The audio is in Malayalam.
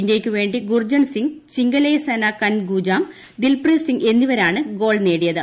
ഇന്ത്യക്കുവേണ്ടി ഗുർജൻ സിംഗ് ചിങ്കലേസന കൻ ഗൂജാം ദിൽപ്രീത് സിംഗ് എന്നിവരാണ് ഗോൾ നേടിയത്